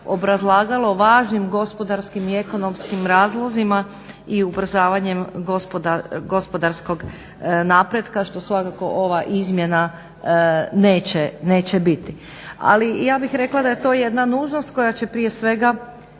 obrazlagalo važnim gospodarskim i ekonomskim razlozima i ubrzavanjem gospodarskog napretka što svakako ova izmjena neće biti. Ali ja bih rekla da je to jedna nužnost koja će prije svega